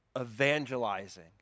evangelizing